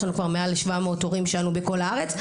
יש לנו כבר מעל ל-700 הורים שעלו מכל הארץ.